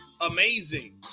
Amazing